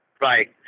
Right